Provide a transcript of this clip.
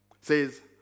says